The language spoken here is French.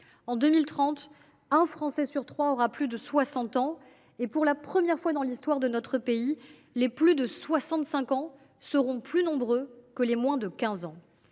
En 2030, un Français sur trois aura plus de 60 ans, et, pour la première fois dans l’histoire de notre pays, les plus de 65 ans seront plus nombreux que les moins de 15 ans.